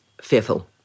fearful